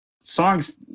Songs